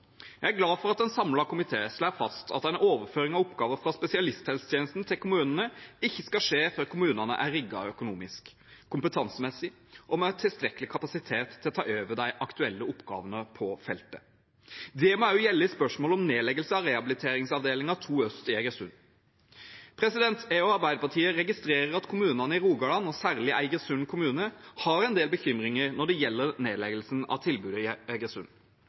Jeg er glad for at en samlet komité slår fast at en overføring av oppgaver fra spesialisthelsetjenesten til kommunene ikke skal skje før kommunene er rigget økonomisk, kompetansemessig og med tilstrekkelig kapasitet til å ta over de aktuelle oppgavene på feltet. Det må også gjelde i spørsmålet om nedleggelse av rehabiliteringsavdelingen 2 Øst i Egersund. Jeg og Arbeiderpartiet registrerer at kommunene i Rogaland, og særlig Eigersund kommune, har en del bekymringer når det gjelder nedleggelsen av tilbudet